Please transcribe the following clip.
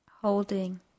Holding